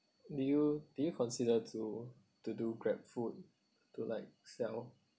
do you do you consider to to do GrabFood to like sell